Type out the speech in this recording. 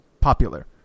popular